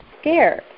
scared